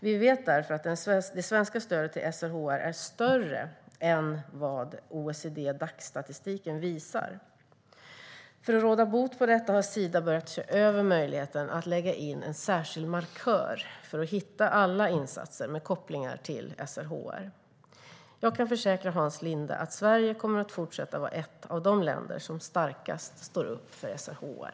Vi vet därför att det svenska stödet till SRHR är större än vad OECD-Dac-statistiken visar. För att råda bot på detta har Sida börjat se över möjligheten att lägga in en särskild markör för att hitta alla insatser med koppling till SRHR. Jag kan försäkra Hans Linde att Sverige kommer att fortsätta vara ett av de länder som starkast står upp för SRHR.